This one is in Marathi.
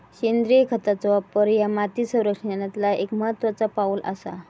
सेंद्रिय खतांचो वापर ह्या माती संरक्षणातला एक महत्त्वाचा पाऊल आसा